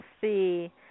see